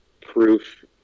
proof